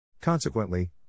Consequently